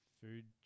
food